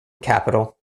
capital